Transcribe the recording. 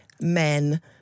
men